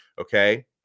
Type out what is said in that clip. okay